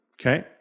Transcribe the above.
okay